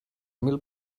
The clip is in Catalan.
mil